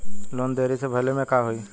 Loan देरी से भरले पर का होई?